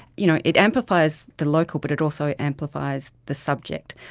you know it amplifies the local but it also amplifies the subject.